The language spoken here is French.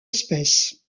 espèce